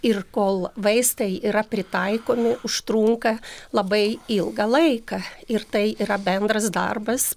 ir kol vaistai yra pritaikomi užtrunka labai ilgą laiką ir tai yra bendras darbas